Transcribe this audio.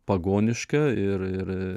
pagoniška ir ir